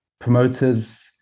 Promoters